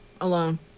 Alone